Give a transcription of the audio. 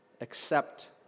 accept